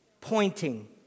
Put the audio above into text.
pointing